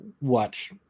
watch